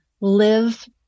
live